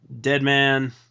Deadman